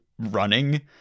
running